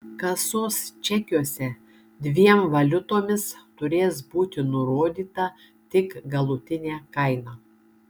kasos čekiuose dviem valiutomis turės būti nurodyta tik galutinė kaina